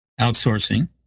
outsourcing